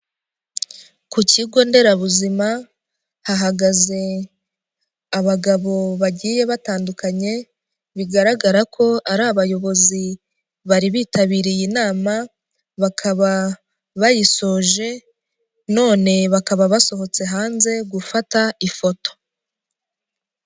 kK kigo nderabuzima, hahagaze abagabo bagiye batandukanye, bigaragara ko ari abayobozi bari bitabiriye inama, bakaba bayisoje, none bakaba basohotse hanze, gufata ifoto.